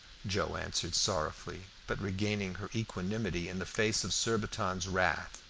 joe answered sorrowfully, but regaining her equanimity in the face of surbiton's wrath,